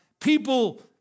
People